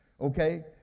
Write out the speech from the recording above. okay